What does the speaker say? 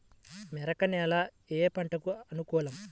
మెరక నేల ఏ పంటకు అనుకూలం?